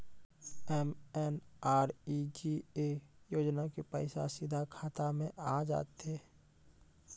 MNREGA योजना के पैसा सीधा खाता मे आ जाते?